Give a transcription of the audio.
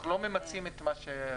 אנחנו לא ממצים את מה שאפשר.